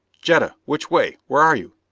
jetta! which way? where are you?